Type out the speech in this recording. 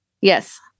Yes